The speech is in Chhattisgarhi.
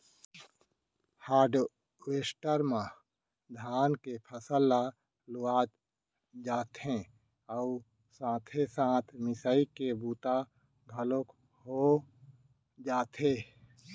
हारवेस्टर म धान के फसल ल लुवत जाथे अउ साथे साथ मिसाई के बूता घलोक हो जाथे